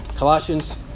Colossians